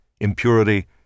impurity